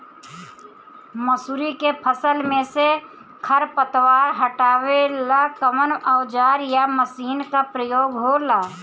मसुरी के फसल मे से खरपतवार हटावेला कवन औजार या मशीन का प्रयोंग होला?